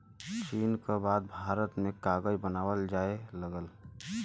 चीन क बाद भारत में कागज बनावल जाये लगल